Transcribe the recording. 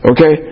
Okay